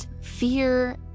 fear